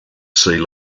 sea